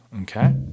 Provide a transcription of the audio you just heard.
Okay